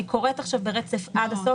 אני קוראת עכשיו ברצף עד הסוף,